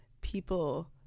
people